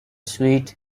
sweet